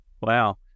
Wow